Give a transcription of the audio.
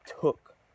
took